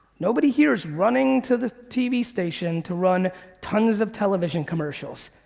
nobody here's running to the tv station to run tons of television commercials,